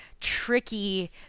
tricky